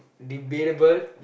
debatable